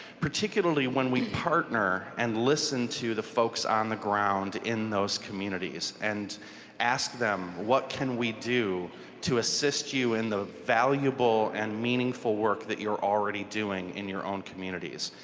particularly when we partner and listen to the folks on the ground in those communities and ask them, what can we do to assist you in the valuable and meaningful work that you're already doing in your own communities?